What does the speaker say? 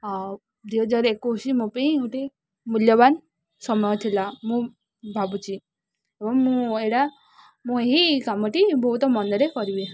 ଆଉ ଦୁଇ ହଜାର ଏକୋଇଶ ମୋ ପାଇଁ ଗୋଟେ ମୂଲ୍ୟବାନ ସମୟ ଥିଲା ମୁଁ ଭାବୁଛି ଏବଂ ମୁଁ ଏରା ମୁଁ ଏହି କାମଟି ବହୁତ ମନରେ କରିବି